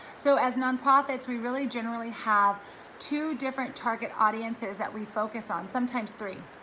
so as nonprofits, we really generally have two different target audiences that we focus on, sometimes three,